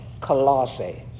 Colossae